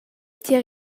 tier